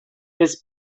his